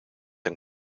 een